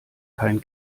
kein